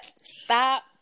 stop